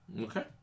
Okay